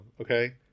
okay